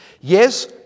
Yes